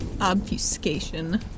Obfuscation